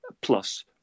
plus